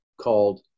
called